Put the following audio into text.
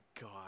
god